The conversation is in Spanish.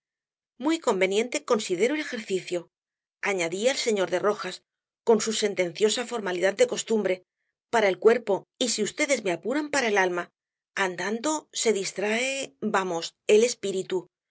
muy conveniente considero el ejercicio añadía el señor de rojas con su sentenciosa formalidad de costumbre para el cuerpo y si vds me apuran para el alma andando se distrae vamos el espíritu